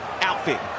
outfit